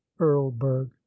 erlberg